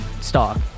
stock